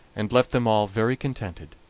and left them all very contented.